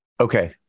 Okay